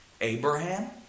Abraham